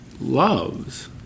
Loves